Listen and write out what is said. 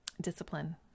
Discipline